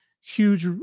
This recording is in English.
huge